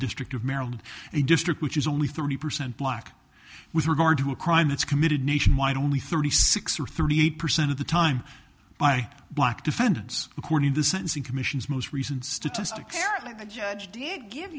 district of maryland and a district which is only thirty percent black with regard to a crime that's committed nationwide only thirty six or thirty eight percent of the time by black defendants according to the sentencing commission's most recent statistics are the judge did g